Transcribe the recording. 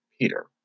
Peter